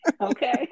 okay